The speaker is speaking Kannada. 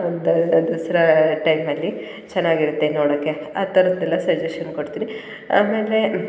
ಒಂದು ದಸರಾ ಟೈಮಲ್ಲಿ ಚೆನ್ನಾಗಿರುತ್ತೆ ನೋಡೋಕ್ಕೆ ಆ ಥರದ್ದು ಎಲ್ಲ ಸಜೆಶನ್ ಕೊಡ್ತೀನಿ ಆಮೇಲೆ